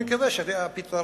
אני מקווה שהפתרון